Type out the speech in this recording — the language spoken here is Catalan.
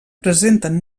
presenten